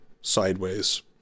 sideways